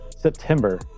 September